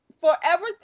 forever